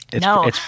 No